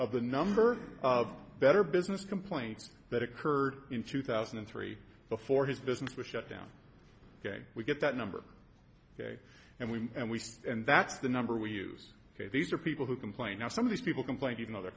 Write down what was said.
of the number of better business complaints that occurred in two thousand and three before his business was shut down we get that number and we and we and that's the number we use these are people who complain of some of these people complain